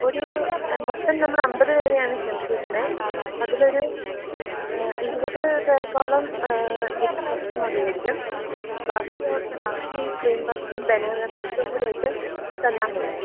ഒരു മൊത്തം നമ്മൾ അൻപത് പേരെയാണ് ക്ഷണിച്ചിരിക്കുന്നത് അതിലൊരു ഇരുപത് പേർക്കോളം എഗ്ഗ് പഫ്സ് മതിയായിരിക്കും ബാക്കിയോ ബാക്കി ക്രീം പഫ്സും ബനാന പഫ്സും കൂടെയായിട്ട് തന്നാൽ മതി